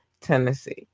Tennessee